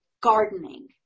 gardening